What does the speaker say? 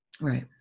Right